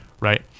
right